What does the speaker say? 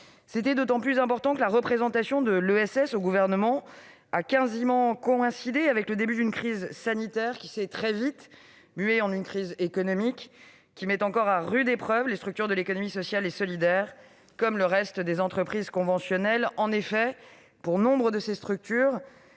C'était d'autant plus important que la représentation de l'ESS au Gouvernement a quasiment coïncidé avec le début d'une crise sanitaire, qui s'est très vite muée en une crise économique, laquelle met encore à rude épreuve les structures de l'économie sociale et solidaire, comme le reste des entreprises conventionnelles. En effet, cette crise